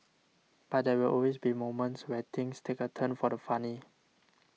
but there will always be moments where things take a turn for the funny